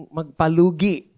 magpalugi